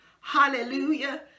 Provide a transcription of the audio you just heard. hallelujah